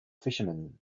fisherman